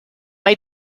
hay